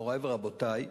מורי ורבותי,